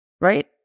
right